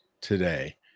today